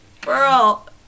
girl